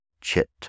chit